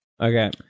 Okay